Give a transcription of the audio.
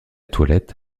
toilette